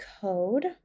code